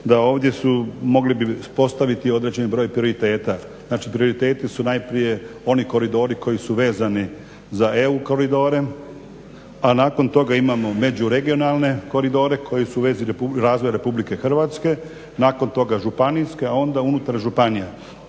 da ovdje su, mogli bi postaviti određeni broj prioriteta. Znači prioriteti su najprije oni koridori koji su vezani za EU koridore, a nakon toga imamo međuregionalne koridore koji su u vezi razvoja Republike Hrvatske, nakon toga županijske a onda unutar županija.